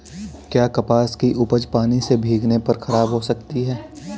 क्या कपास की उपज पानी से भीगने पर खराब हो सकती है?